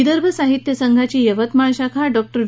विदर्भ साहित्य संघाची यवतमाळ शाखा डॉक्टर वि